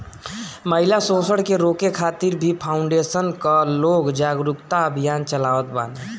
महिला शोषण के रोके खातिर भी फाउंडेशन कअ लोग जागरूकता अभियान चलावत बाने